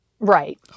Right